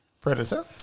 Predator